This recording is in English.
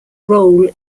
role